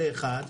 זה אחד.